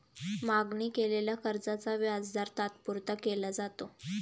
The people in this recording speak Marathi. मागणी केलेल्या कर्जाचा व्याजदर तात्पुरता केला जातो